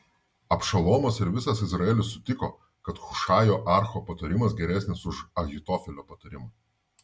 abšalomas ir visas izraelis sutiko kad hušajo archo patarimas geresnis už ahitofelio patarimą